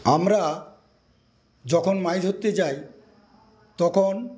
আমরা যখন মাছ ধরতে যাই তখন